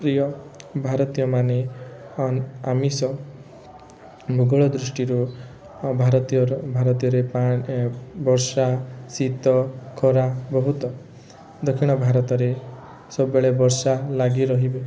ପ୍ରିୟ ଭାରତୀୟ ମାନେ ଆମିଷ ମୋଗଲ ଦୃଷ୍ଟିରୁ ଭାରତୀୟର ଭାରତୀୟରେ ବର୍ଷା ଶୀତ ଖରା ବହୁତ ଦକ୍ଷିଣ ଭାରତରେ ସବୁବେଳେ ବର୍ଷା ଲାଗି ରହିବେ